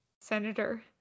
senator